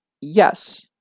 yes